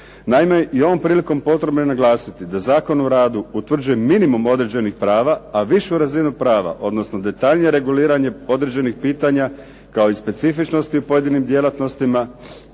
Naime, i ovom prilikom potrebno je naglasiti da Zakon o radu utvrđuje minimum određenih prava, a višu razinu prava odnosno detaljnije reguliranje određenih pitanja, kao i specifičnosti u pojedinim djelatnostima